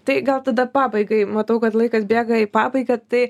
tai gal tada pabaigai matau kad laikas bėga į pabaigą tai